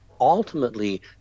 ultimately